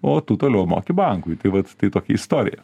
o tu toliau moki bankui tai vat tai tokia istorija